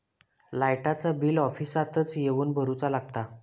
लाईटाचा बिल ऑफिसातच येवन भरुचा लागता?